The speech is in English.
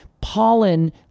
pollen